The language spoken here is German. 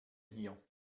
hier